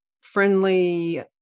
friendly